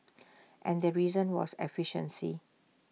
and the reason was efficiency